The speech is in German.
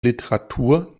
literatur